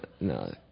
no